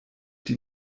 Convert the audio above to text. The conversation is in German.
die